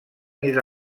més